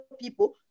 people